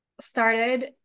started